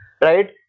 right